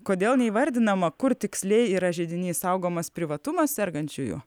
kodėl neįvardinama kur tiksliai yra židinys saugomas privatumas sergančiųjų